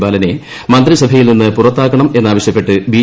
ബാലനെ മന്ത്രിസഭയിൽ മന്ത്രി നിന്ന് പുറത്താക്കണമെന്നാവശ്യപ്പെട്ട് ബി